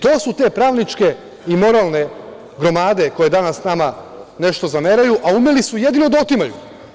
To su te pravničke i moralne gromade koje danas nama nešto zameraju, a umeli su jedino da otimaju.